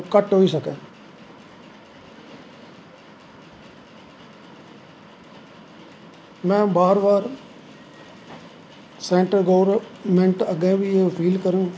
ओह् घट्ट होई सकै में बार बार सैंटर गौरमैंट अग्गैं बी एह् अपील करंग